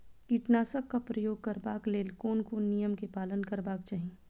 कीटनाशक क प्रयोग करबाक लेल कोन कोन नियम के पालन करबाक चाही?